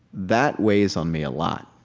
that weighs on me a lot.